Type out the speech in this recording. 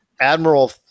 Admiral